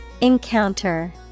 Encounter